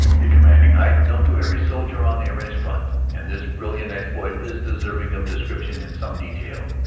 the commanding height known to every soldier on the arras front, and this brilliant exploit is deserving of descri p tion in some detail.